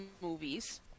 movies